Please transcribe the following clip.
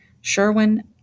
Sherwin